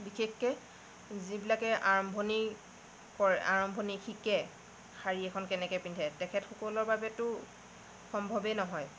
বিশেষকৈ যিবিলাকে আৰম্ভণি কৰে আৰম্ভণি শিকে শাৰী এখন কেনেকৈ পিন্ধে তেখেতসকলৰ বাবেতো সম্ভৱেই নহয়